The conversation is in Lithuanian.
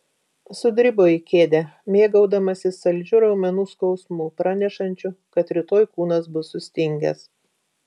sudribo į kėdę mėgaudamasis saldžiu raumenų skausmu pranešančiu kad rytoj kūnas bus sustingęs